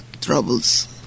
troubles